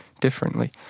differently